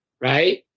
Right